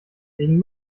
wegen